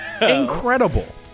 Incredible